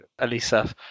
Alisa